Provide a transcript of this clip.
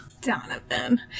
Donovan